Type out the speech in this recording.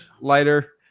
lighter